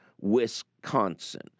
Wisconsin